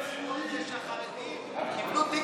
זה שהחרדים קיבלו תיק, תודה.